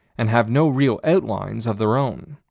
and have no real outlines of their own.